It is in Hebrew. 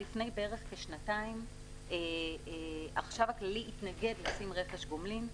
לפני שנתיים בערך החשב הכללי התנגד לרכש גומלין.